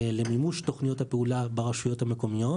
למימוש תוכניות הפעולה ברשויות המקומיות.